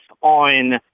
on